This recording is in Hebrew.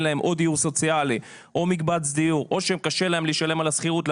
להם או דיור סוציאלי או מקבץ דיור או שקשה להם לשלם על השכירות,